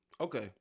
okay